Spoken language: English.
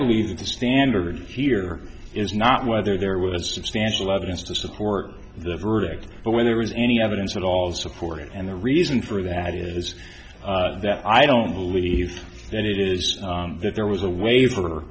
believe that the standard here is not whether there was substantial evidence to support the verdict but when there is any evidence at all support it and the reason for that is that i don't believe that it is that there was a waiver